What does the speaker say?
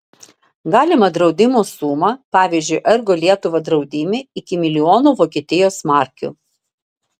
galima draudimo suma pavyzdžiui ergo lietuva draudime iki milijono vokietijos markių